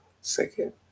second